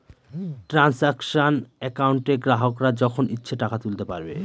transaction একাউন্টে গ্রাহকরা যখন ইচ্ছে টাকা তুলতে পারবে